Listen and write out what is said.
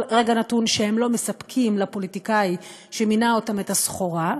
רגע נתון שהם לא מספקים לפוליטיקאי שמינה אותם את הסחורה.